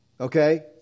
Okay